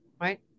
right